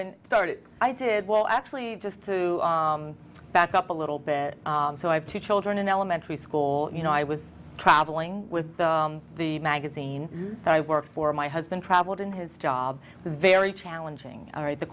and started i did well actually just to back up a little bit so i have two children in elementary school you know i was traveling with the magazine i work for my has been traveled in his job is very challenging all right the